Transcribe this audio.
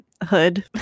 hood